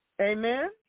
Amen